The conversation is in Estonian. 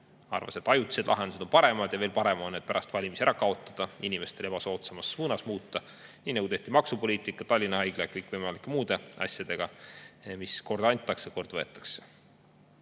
arvas, et ajutised lahendused on paremad ja veel parem on need pärast valimisi ära kaotada, muuta neid inimestele ebasoodsamas suunas, nii nagu tehti maksupoliitika, Tallinna Haigla ja kõikvõimalike muude asjadega, mis kord antakse, kord võetakse.